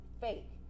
fake